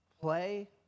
play